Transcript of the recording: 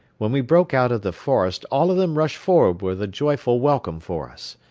when we broke out of the forest all of them rushed forward with a joyful welcome for us.